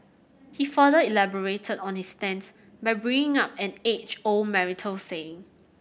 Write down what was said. he further elaborated on his stance by bringing up an age old marital saying